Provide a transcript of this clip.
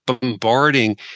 bombarding